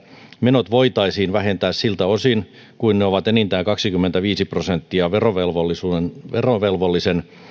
menot voitaisiin vähentää siltä osin kuin ne ovat enintään kaksikymmentäviisi prosenttia verovelvollisen verovelvollisen